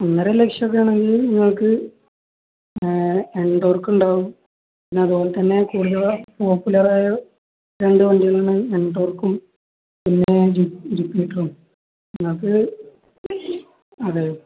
ഒന്നര ലക്ഷക്കെ ആണെങ്കി നിങ്ങക്ക് എൻറോർക്ക ഉണ്ടാവും പിന്ന അതുപോലെ തന്നെ കൂടുത പോപ്പുലറായ രണ്ട് വണ്ടികളണ എൻടോർക്കും പിന്നെ ജു ജുപിക്കും നിങ്ങക്ക് അതെ